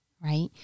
right